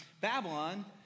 Babylon